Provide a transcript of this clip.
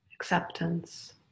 acceptance